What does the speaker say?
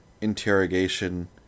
interrogation